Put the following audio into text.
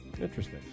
Interesting